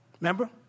Remember